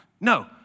No